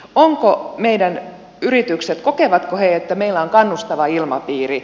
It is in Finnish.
kokevatko meidän yritykset että meillä on kannustava ilmapiiri